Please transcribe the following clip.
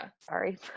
sorry